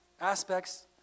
aspects